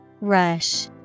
Rush